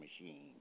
machine